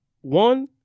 One